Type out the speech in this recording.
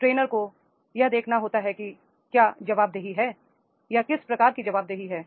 trainer को यह देखना होता है कि क्या जवाबदेही है यह किस प्रकार की जवाबदेही है